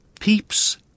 Peeps